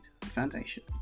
foundation